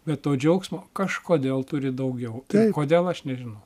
bet to džiaugsmo kažkodėl turi daugiau tai kodėl aš nežinau